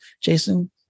Jason